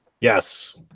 Yes